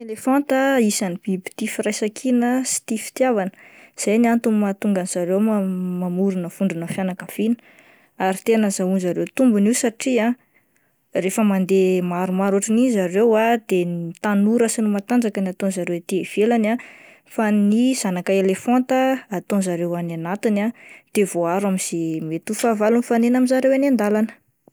Elefanta isan'ny biby tia firaisan-kina sy tia fitiavana izay no antony mahatonga an'ny zareo ma-mamorona vondrona fianakaviana ary tena ahozoan'ny zareo tombony io satria rehefa mandeha maromaro ohatran'iny zareo ah de ny tanora sy ny matanjaka no ataon'ny zareo ety ivelany ah fa ny zanaka elefanta ataon'ny zareo any anatiny ah de voaharo amin'izay fahavalo mety mifanena amin'ny zareo eny an-dalana.